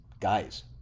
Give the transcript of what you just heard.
guys